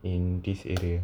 in this area